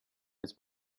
it’s